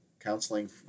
Counseling